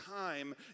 time